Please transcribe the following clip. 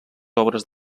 obres